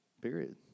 Period